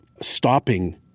stopping